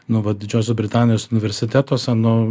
nu vat didžiosios britanijos universitetuose nu